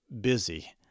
busy—